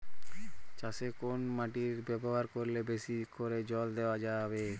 চাষে কোন মোটর ব্যবহার করলে বেশী করে জল দেওয়া যাবে?